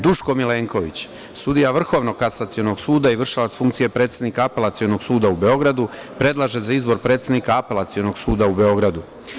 Duško Milenković, sudija Vrhovnog kasacionog suda i vršilac funkcije predsednika Apelacionog suda u Beogradu predlaže za izbor predsednika Apelacionog suda u Beogradu.